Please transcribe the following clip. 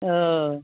ओ